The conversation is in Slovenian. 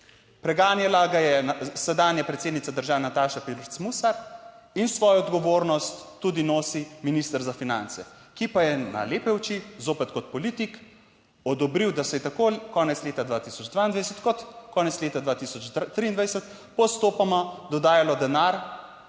Preganjala ga je sedanja predsednica države Nataša Pirc Musar in svojo odgovornost tudi nosi minister za finance, ki pa je na lepe oči, zopet kot politik odobril, da se je tako konec leta 2022 kot konec leta 2023 postopoma dodajalo denar,